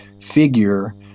figure